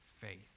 faith